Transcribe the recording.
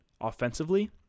offensively